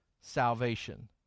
salvation